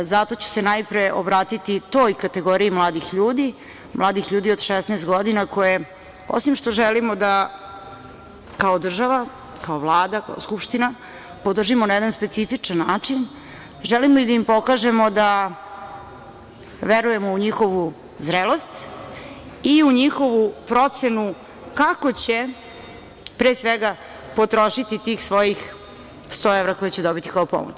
Zato ću se najpre obratiti toj kategoriji mladih ljudi, mladih ljudi od 16 godina koje, osim što želimo kao država, kao Vlada, kao Skupština da ih podržimo na jedan specifičan način, želimo i da im pokažemo da verujemo u njihovu zrelost i u njihovu procenu kako će, pre svega, potrošiti tih svojih 100 evra koje će dobiti kao pomoć.